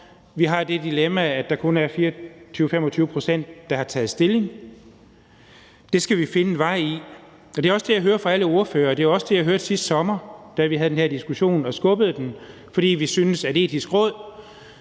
vi har det dilemma, at der kun er 24-25 pct., der har taget stilling. Det skal vi finde en vej igennem, og det er også det, jeg hører fra alle ordførerne, og det var også det, jeg hørte sidste sommer, da vi havde denne diskussion, og hvor vi skubbede det, fordi vi syntes, at Det Etiske Råd